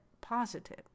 positive